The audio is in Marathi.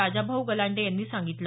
राजाभाऊ गलांडे यांनी सांगितलं